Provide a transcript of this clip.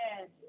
Yes